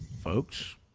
Folks